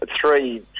three